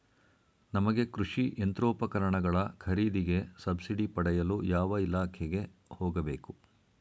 ನಮಗೆ ಕೃಷಿ ಯಂತ್ರೋಪಕರಣಗಳ ಖರೀದಿಗೆ ಸಬ್ಸಿಡಿ ಪಡೆಯಲು ಯಾವ ಇಲಾಖೆಗೆ ಹೋಗಬೇಕು?